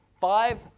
five